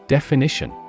Definition